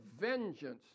vengeance